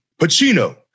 Pacino